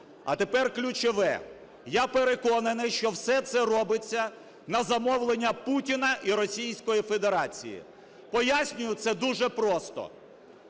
А тепер ключове. Я переконаний, що все це робиться на замовлення Путіна і Російської Федерації. Пояснюю це дуже просто.